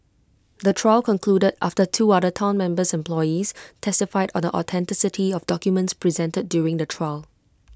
the trial concluded after two other Town members employees testified or the authenticity of documents presented during the trial